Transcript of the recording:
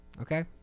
Okay